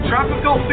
Tropical